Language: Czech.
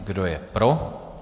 Kdo je pro?